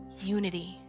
unity